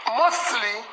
mostly